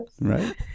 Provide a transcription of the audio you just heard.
Right